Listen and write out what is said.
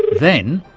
then,